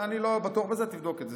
אני לא בטוח בזה, תבדוק את זה.